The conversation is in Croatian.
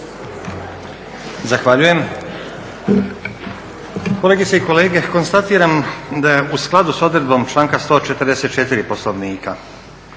(SDP)** Kolegice i kolege, konstatiram da u skladu s odredbom članka 144. Poslovnika